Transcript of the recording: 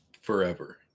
forever